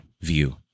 view